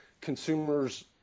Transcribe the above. consumers